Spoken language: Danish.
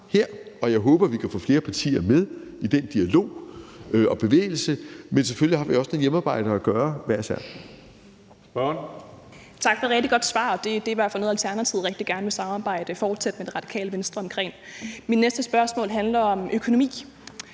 og jeg håber, vi kan få flere partier med i den dialog og bevægelse, men selvfølgelig har vi også noget hjemmearbejde at gøre